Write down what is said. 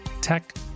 tech